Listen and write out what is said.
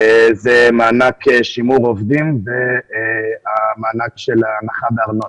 מענק שימור עובדים והמענק של ההנחה בארנונה.